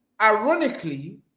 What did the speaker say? ironically